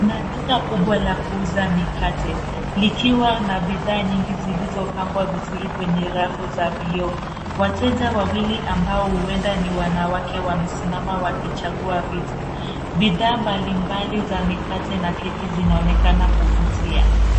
Kuna duka kubwa la kuuza mikate, likiwa na bidhaa nyingi zilizopangwa vizuri kwenye rafu za vioo. Wateja wawili ambao huenda ni wanawake, wamesimama wakichagua vitu. Bidhaa mbalimbali za mikate na keki zinaonekana kuvutia.